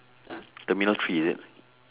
terminal three is it